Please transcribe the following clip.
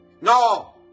No